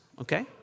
okay